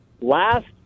last